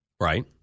Right